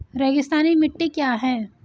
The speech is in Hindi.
रेगिस्तानी मिट्टी क्या है?